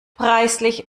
preislich